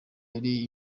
yari